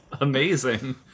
amazing